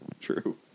True